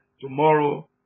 tomorrow